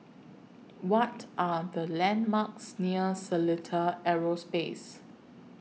What Are The landmarks near Seletar Aerospace